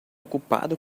ocupado